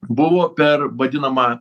buvo per vadinamą